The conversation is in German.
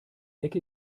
ecke